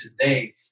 today